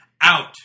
out